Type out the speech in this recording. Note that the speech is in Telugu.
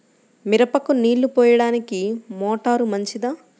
మిరపకు నీళ్ళు పోయడానికి మోటారు మంచిదా?